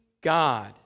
God